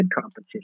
competition